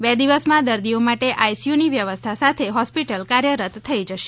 બે દિવસમાં દર્દીઓ માટે આઈસીયુની વ્યવસ્થા સાથે હોસ્પીટલ કાર્યરત થઈ જશે